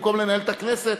במקום לנהל את הכנסת,